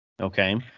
okay